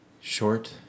short